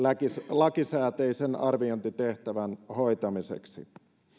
lakisääteisen arviointitehtävän hoitamiseksi